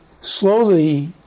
slowly